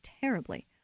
terribly